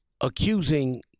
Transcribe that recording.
accusing